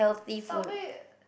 Subway